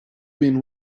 been